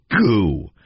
goo